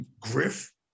Griff